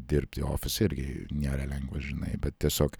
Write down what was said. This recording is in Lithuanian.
dirbti ofise irgi nėra lengva žinai bet tiesiog